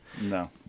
No